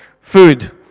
food